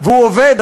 והוא עובד.